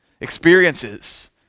experiences